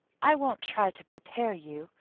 i won't try to prepare you.